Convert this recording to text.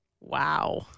Wow